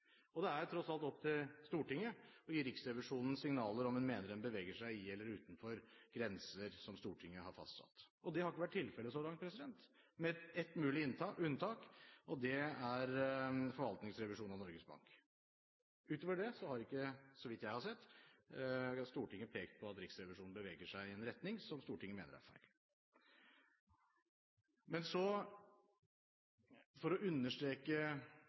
Og det er tross alt opp til Stortinget å gi Riksrevisjonen signaler om en mener en beveger seg i eller utenfor grenser som Stortinget har fastsatt. Det har ikke vært tilfellet så langt, med ett mulig unntak. Det er forvaltningsrevisjonen av Norges Bank. Utover det har ikke, så vidt jeg har sett, Stortinget pekt på at Riksrevisjonen beveger seg i en retning som Stortinget mener er feil.